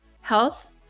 health